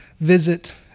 visit